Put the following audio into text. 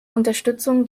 unterstützung